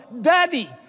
Daddy